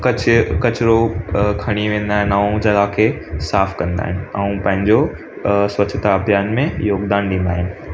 कच किचिरो खणी वेंदा आहिनि ऐं जॻह खे साफ़ु कंदा आहिनि ऐं पंहिंजो स्वछता अभियान में योगदान ॾींदा आहिनि